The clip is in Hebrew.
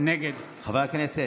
נגד חברי הכנסת,